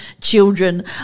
children